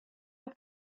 are